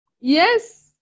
Yes